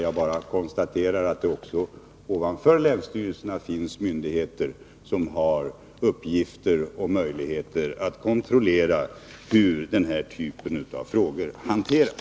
Jag bara konstaterar att det också ovanför länsstyrelserna finns myndigheter som har i uppgift och möjligheter att kontrollera hur den här typen av frågor hanteras.